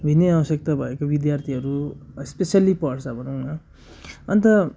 भिन्नै अवश्यकता भएको विद्यार्थीहरू स्पेसल्ली पढ्छ भनौँ ना अन्त